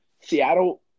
Seattle